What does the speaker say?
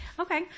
Okay